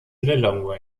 lilongwe